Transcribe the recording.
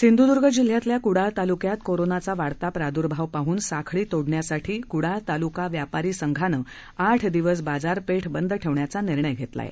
सिंधुदुर्ग जिल्ह्यातल्या कुडाळ तालुक्यात कोरोनाचा वाढता प्रादुर्भाव पाहून साखळी तोडण्यासाठी कुडाळ तालुका व्यापारी संघानं आठ दिवस बाजारपेठ बंद ठेवण्याचा निर्णय घेतला आहे